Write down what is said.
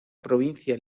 provincia